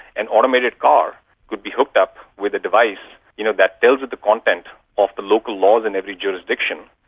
an automated car could be hooked up with a device you know that tells it the content of the local laws in every jurisdiction,